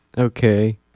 Okay